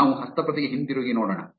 ನಾವು ಹಸ್ತಪ್ರತಿಗೆ ಹಿಂತಿರುಗಿ ನೋಡೋಣ